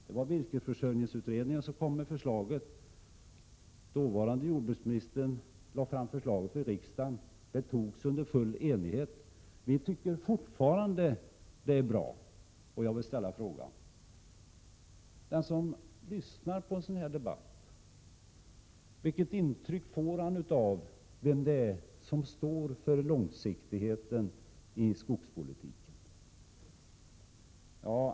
Det var virkesförsörjningsutredningen som kom med förslaget, och dåvarande jordbruksministern lade fram det för riksdagen, som antog det under full enighet. Vi tycker fortfarande att det är bra, och jag vill ställa frågan: Vilket intryck får den som lyssnar på en sådan här debatt om vem som står för långsiktigheten i skogspolitiken?